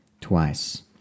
twice